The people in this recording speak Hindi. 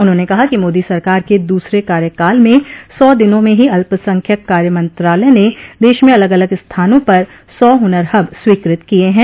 उन्होंने कहा कि मोदी सरकार के दूसरे कार्यकाल में सौ दिनों में ही अल्पसंख्यक कार्य मंत्रालय ने देश में अलग अलग स्थानों पर सौ हुनर हब स्वीकृत किये हैं